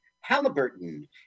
Halliburton